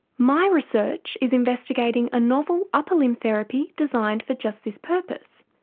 my research is investigating a novel upper-limb therapy designed for just this purpose.